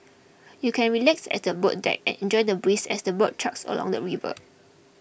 you can relax at the boat deck and enjoy the breeze as the boat chugs along the river